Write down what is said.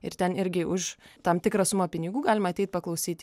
ir ten irgi už tam tikrą sumą pinigų galima ateit paklausyt